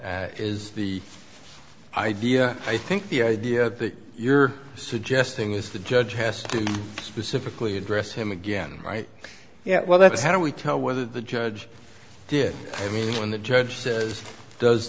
him is the idea i think the idea you're suggesting is the judge has to specifically address him again right yeah well that's how do we tell whether the judge did i mean when the judge says does